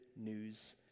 news